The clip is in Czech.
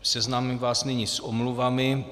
Seznámím vás nyní s omluvami.